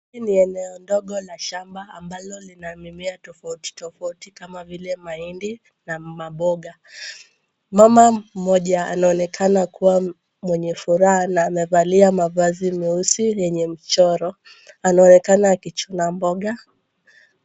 Hii ni eneo ndogo la shamba ambalo lina mimea tofauti tofauti kama vile mahindi na maboga. Mama mmoja anaonekana kuwa mwenye furaha, na amevalia mavazi meusi yenye mchoro. Anaonekana akichuna mboga.